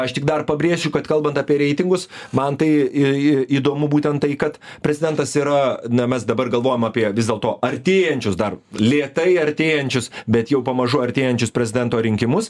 aš tik dar pabrėšiu kad kalbant apie reitingus man tai į į įdomu būtent tai kad prezidentas yra na mes dabar galvojam apie vis dėlto artėjančius dar lėtai artėjančius bet jau pamažu artėjančius prezidento rinkimus